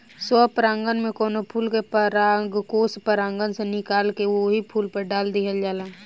स्व परागण में कवनो फूल के परागकोष परागण से निकाल के ओही फूल पर डाल दिहल जाला